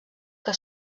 que